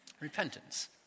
Repentance